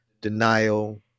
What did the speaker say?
denial